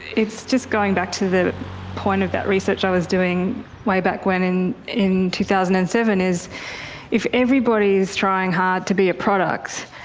just going back to the point of that research i was doing way back when in in two thousand and seven, is if everybody is trying hard to be a product,